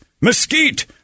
mesquite